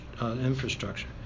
infrastructure